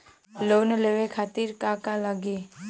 Loan लेवे खातीर का का लगी?